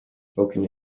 spoken